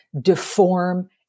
deform